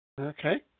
Okay